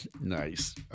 Nice